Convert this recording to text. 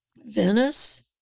Venice